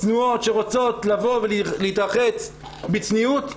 צנועות שרוצות לבוא ולהתרחץ בצניעות,